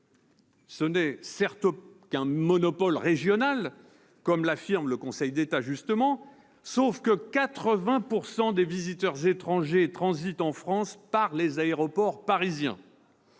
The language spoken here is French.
Ce n'est, certes, qu'un monopole régional, comme l'affirme justement le Conseil d'État, sauf que 80 % des visiteurs étrangers transitent en France par les aéroports parisiens